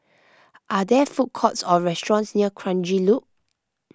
are there food courts or restaurants near Kranji Loop